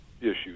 issues